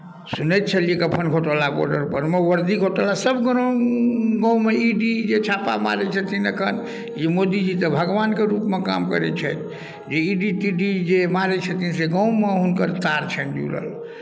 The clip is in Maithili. सुनै छलियै कफन घोटाला बॉर्डर परमे वर्दी घोटालासभ गाममे ई डी जे छापा मारैत छथिन एखन ई मोदीजी तऽ भगवानके रूपमे काम करैत छथि ई ई डी तीडी जे मारै छथिन से गाममे हुनकर तार छनि जुड़ल